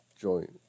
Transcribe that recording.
Joint